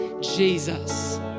Jesus